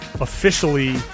Officially